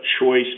choice